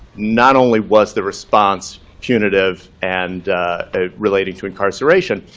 not only was the response punitive and ah relating to incarceration,